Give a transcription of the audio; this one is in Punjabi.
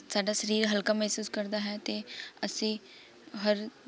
ਸਾਡਾ ਸਰੀਰ ਹਲਕਾ ਮਹਿਸੂਸ ਕਰਦਾ ਹੈ ਅਤੇ ਅਸੀਂ ਹਰ